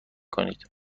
کنید